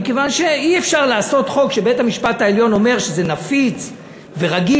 מכיוון שאי-אפשר לעשות חוק שבית-המשפט העליון אומר שזה נפיץ ורגיש,